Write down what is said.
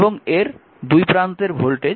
এবং এর দুই প্রান্তের ভোল্টেজ 16 ভোল্ট